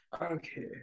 Okay